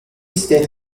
state